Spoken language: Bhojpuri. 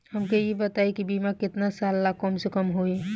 हमके ई बताई कि बीमा केतना साल ला कम से कम होई?